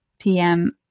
pm